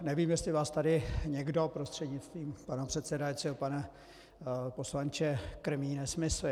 Nevím, jestli vás tady někdo prostřednictvím pana předsedajícího, pane poslanče, krmí nesmysly.